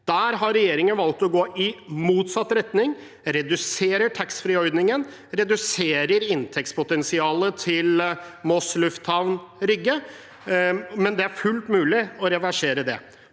Der har regjeringen valgt å gå i motsatt retning. De reduserer taxfree-ordningen, reduserer inntektspotensialet til Moss lufthavn, Rygge, men det er fullt mulig å reversere det.